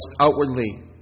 outwardly